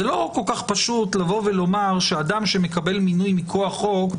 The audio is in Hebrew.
זה לא כל כך פשוט לבוא ולומר שאדם שמקבל מינוי מכוח חוק,